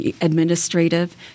administrative